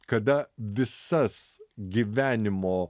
kada visas gyvenimo